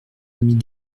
amis